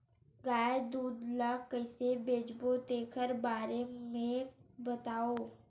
गाय दूध ल कइसे बेचबो तेखर बारे में बताओ?